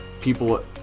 people